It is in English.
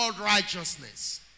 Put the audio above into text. righteousness